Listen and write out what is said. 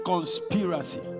conspiracy